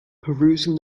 perusing